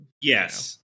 Yes